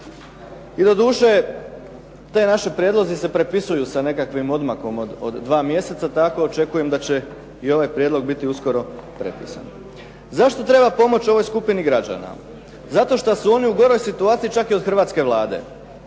I doduše, ti naši prijedlozi se prepisuju sa nekakvim odmakom od dva mjeseca, tako očekujem da će i ovaj prijedlog biti uskoro prepisan. Zašto treba pomoći ovoj skupini građana? Zato što su oni u goroj situaciji čak i od hrvatske Vlade,